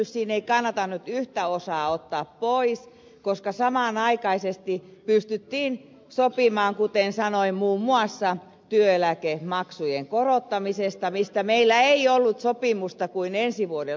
siitä ei kannata nyt yhtä osaa ottaa pois koska samanaikaisesti pystyttiin sopimaan kuten sanoin muun muassa työeläkemaksujen korottamisesta mistä meillä ei ollut sopimusta kuin ensi vuoden loppuun